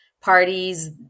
parties